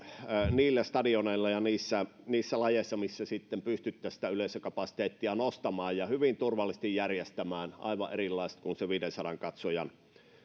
niille stadioneille ja niissä niissä lajeissa missä pystyttäisiin yleisökapasiteettia nostamaan ja hyvin turvallisesti järjestämään aivan erilainen kuin se viidensadan katsojan